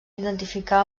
identificar